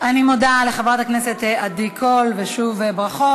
אני מודה לחברת הכנסת עדי קול, ושוב ברכות.